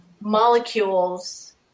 molecules